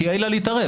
תהיה עילה להתערב.